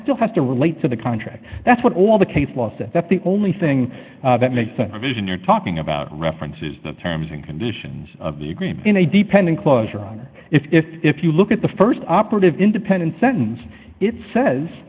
still has to relate to the contract that's what all the case law says that the only thing that makes the vision you're talking about references the terms and conditions of the agreement in a dependent clause or if you look at the st operative independence sentence it says